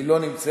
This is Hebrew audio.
היא לא נמצאת,